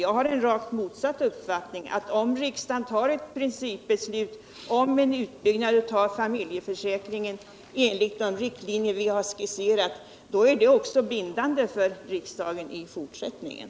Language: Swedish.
Jag har en rakt motsatt uppfattning. Om riksdagen tar ett principbeslut om en utbyggnad av föräldraförsäkringen enligt de riktlinjer som vi har dragit upp, då är det också bindande för riksdagen i fortsättningen.